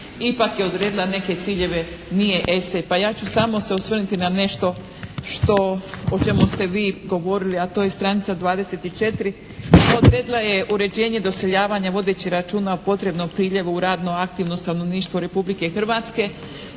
Ipak je odredila neke ciljeve, nije esej. Pa ja ću samo se osvrnuti na nešto što, o čemu ste vi govorili a to je stranica 24. odredila je uređenje doseljavanja vodeći računa o potrebnom priljevu u radno aktivno stanovništvo Republike Hrvatske.